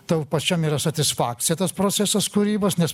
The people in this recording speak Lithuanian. tau pačiam yra satisfakcija tas procesas kūrybos nes